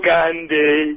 Gandhi